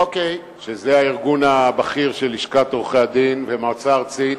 שזה הארגון הבכיר של לשכת עורכי-הדין במועצה הארצית,